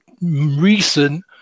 recent